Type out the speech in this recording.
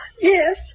Yes